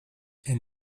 and